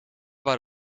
waren